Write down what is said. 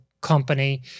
company